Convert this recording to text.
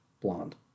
blonde